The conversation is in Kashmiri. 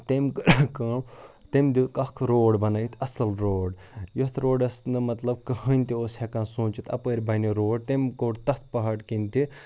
تٔمۍ کٲم تٔمۍ دیُت اَکھ روڈ بَنٲوِتھ اَصٕل روڈ یَتھ روڈَس نہٕ مطلب کٕہٕنۍ تہِ اوس ہٮ۪کان سوٗنچھِتھ اَپٲرۍ بَنہِ روڈ تٔمۍ کوٚڑ تَتھ پہاڑ کِنۍ تہِ